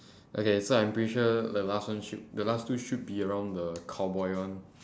okay so I'm pretty sure the last one should the last two should be around the cowboy one